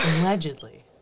Allegedly